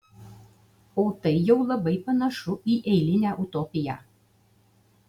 o tai jau labai panašu į eilinę utopiją